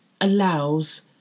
allows